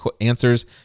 answers